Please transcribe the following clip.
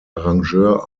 arrangeur